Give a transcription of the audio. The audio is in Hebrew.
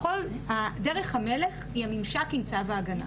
דרך המלך היא הממשק עם צו ההגנה,